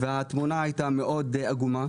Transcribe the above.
והתמונה הייתה מאוד עגומה.